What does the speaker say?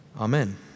Amen